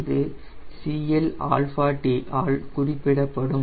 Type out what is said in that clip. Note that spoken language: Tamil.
இது CLt ஆல் குறிப்பிடப்படும்